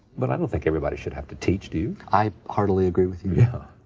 but i don't think everybody should have to teach, do you? i heartily agree with you. yeah.